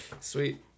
Sweet